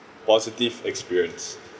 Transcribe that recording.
positive experience